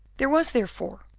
there was, therefore,